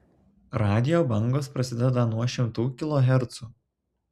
radijo bangos prasideda nuo šimtų kilohercų